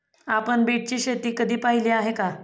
आपण बीटची शेती कधी पाहिली आहे का?